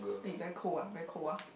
hey very cold ah very cold ah